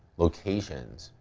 locations,